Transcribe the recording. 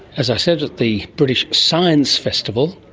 as i said, at the british science festival,